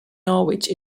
norwich